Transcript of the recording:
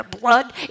blood